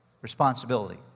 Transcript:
Responsibility